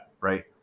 right